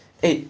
eh